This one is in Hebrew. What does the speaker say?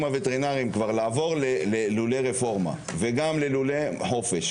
הווטרינרים לעבור ללולי רפורמה ולולי מעוף,